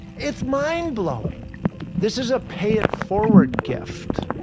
it's mind-blowing this is a pay-it-forward gift.